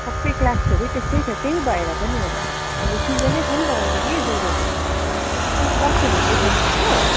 सबै क्लासकोहरू त्यस्तै छ त्यही भएर पनि होला अहिले सिजनै छ नि त अहिले कि ज्वरोको अनि त डक्टरहरू देखाउनुभयो